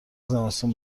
زمستون